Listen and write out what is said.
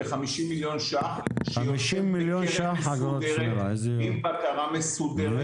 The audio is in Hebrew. כ-50 מיליון שקלים עם בקרה מסודרת.